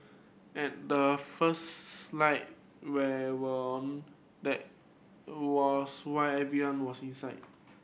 at the first light where were that was why everyone was inside